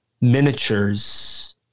miniatures